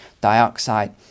dioxide